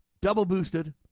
double-boosted